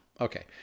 Okay